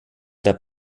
der